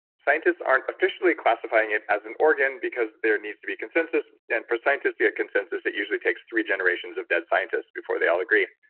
scientists aren't officially classifying it as an organ because there needs to be consensus and for scientists to get consensus, it usually takes three generations of dead scientists before they all agree.